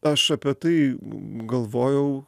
aš apie tai galvojau